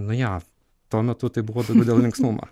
nu jo tuo metu tai buvo daugiau dėl linksmumo